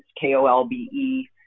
K-O-L-B-E